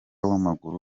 w’amaguru